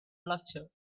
lecture